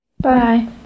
Bye